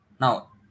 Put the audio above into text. now